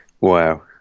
Wow